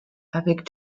avec